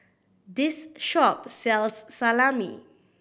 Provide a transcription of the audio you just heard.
this shop sells Salami